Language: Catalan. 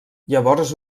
llavors